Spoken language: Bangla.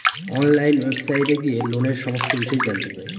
অনলাইন ওয়েবসাইটে গিয়ে লোনের সমস্ত বিষয় জানতে পাই